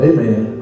Amen